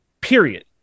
Period